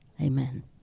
amen